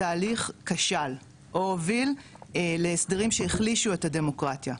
התהליך כשל או הוביל להסדרים שהחלישו את הדמוקרטיה,